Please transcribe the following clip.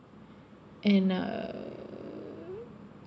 and uh